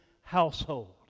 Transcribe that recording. household